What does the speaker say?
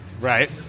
Right